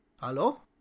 Hello